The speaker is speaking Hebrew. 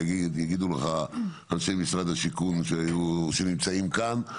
יגידו לך אנשי משרד השיכון שנמצאים כאן,